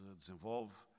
desenvolve